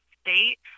state